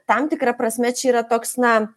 tam tikra prasme čia yra toks na